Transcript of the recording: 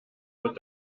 wird